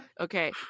okay